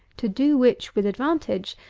to do which, with advantage,